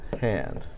hand